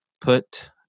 put